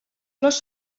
flors